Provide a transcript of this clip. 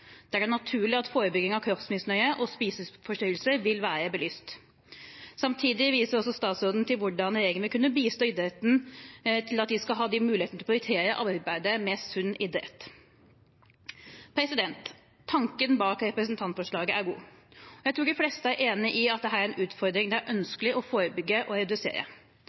er det naturlig at forebygging av kroppsmisnøye og spiseforstyrrelser vil være belyst. Samtidig viser statsråden til hvordan regjeringen vil kunne bistå idretten for at de skal ha muligheten til å prioritere arbeidet med sunn idrett. Tanken bak representantforslaget er god. Jeg tror de fleste er enige i at dette er en utfordring det er ønskelig å forebygge og redusere.